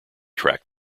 track